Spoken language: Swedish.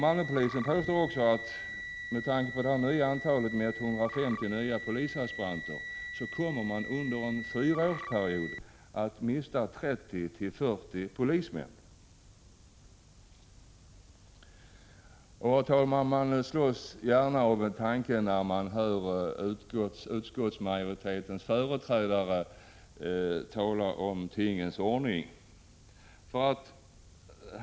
Malmöpolisen påstår också, med tanke på intagningen av 150 polisaspiranter, att man under en fyraårsperiod kommer att mista 30-40 polismän. Jag slås av en tanke när jag hör utskottsmajoritetens företrädare tala om tingens ordning.